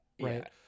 right